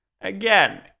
Again